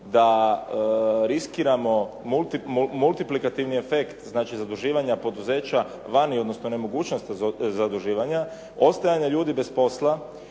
da riskiramo multiplikativni efekt znači zaduživanja poduzeća vani odnosno nemogućnost zaduživanja, ostajanja ljudi bez posla,